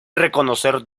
reconocer